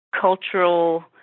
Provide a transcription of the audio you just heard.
cultural